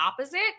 opposite